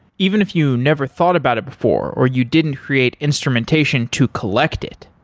even if you never thought about it before or you didn't create instrumentation to collect it.